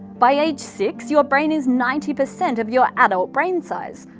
by age six, your brain is ninety percent of your adult brain size.